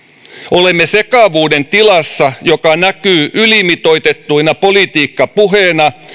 olemme sekavuuden tilassa joka näkyy ylimitoitettuna politiikkapuheena